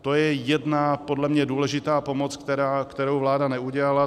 To je jedna podle mě důležitá pomoc, kterou vláda neudělala.